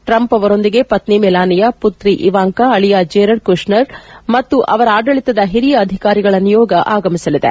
Trump ಅವರೊಂದಿಗೆ ಪತ್ನಿ Melania ಪುತ್ರಿ ಇವಾಂಕಾ ಅಳಿಯ ಜೇರೆಡ್ ಕುಶ್ನರ್ ಮತ್ತು ಅವರ ಆಡಳಿತದ ಓರಿಯ ಅಧಿಕಾರಿಗಳ ನಿಯೋಗ ಆಗಮಿಸಲಿದೆ